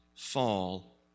fall